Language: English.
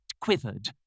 quivered